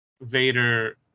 Vader